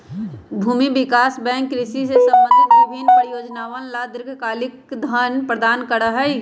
भूमि विकास बैंक कृषि से संबंधित विभिन्न परियोजनअवन ला दीर्घकालिक धन प्रदान करा हई